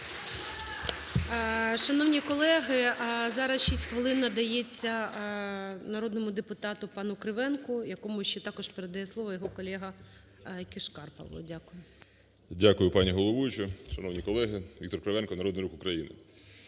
Шановні колеги, зараз 6 хвилин надається народному депутату пану Кривенку, якому ще також передає слово його колегаКишкар Павло. Дякую. 12:44:42 КРИВЕНКО В.М. Дякую, пані головуюча! Шановні колеги! Віктор Кривенко, Народний Рух України.